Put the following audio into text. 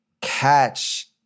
catch